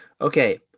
okay